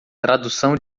tradução